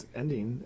ending